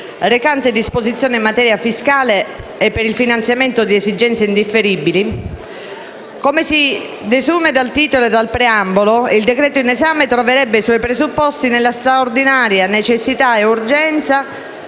recante disposizioni in materia fiscale e per il finanziamento di esigenze indifferibili. Come si desume dal titolo e dal preambolo, il decreto-legge in esame troverebbe i suoi presupposti nella straordinaria necessità e urgenza